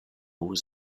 was